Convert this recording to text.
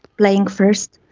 playing first,